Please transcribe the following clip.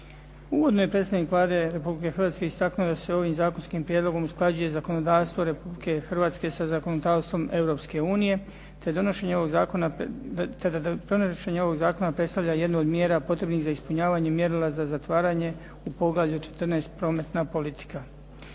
Uvodno je predstavnik Vlade Republike Hrvatske istaknuo da se ovim zakonskim prijedlogom usklađuje zakonodavstvo Republike Hrvatske sa zakonodavstvom Europske unije te da donošenje ovog zakona predstavlja jednu od mjera potrebnih za ispunjavanje mjerila za zatvaranje u poglavlju 14 – Prometna politika.